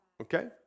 Okay